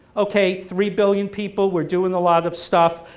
okay, three billion people we're doing a lot of stuff.